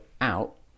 out